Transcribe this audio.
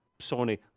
Sony